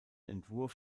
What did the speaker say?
entwurf